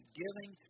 giving